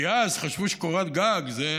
כי אז חשבו שקורת גג זה,